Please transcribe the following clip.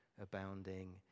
abounding